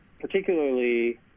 particularly